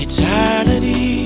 Eternity